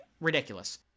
ridiculous